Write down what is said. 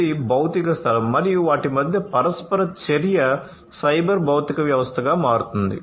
ఇది భౌతిక స్థలం మరియు వాటి మధ్య పరస్పర చర్య సైబర్ భౌతిక వ్యవస్థగా మారుతుంది